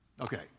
Okay